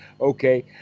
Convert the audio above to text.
okay